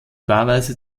paarweise